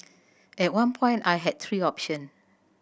at one point I had three option